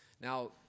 Now